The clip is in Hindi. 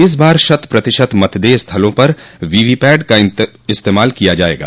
इस बार शत प्रतिशत मतदेय स्थलों पर वीवी पैड का इस्तेमाल किया जायेगा